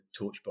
Torchbox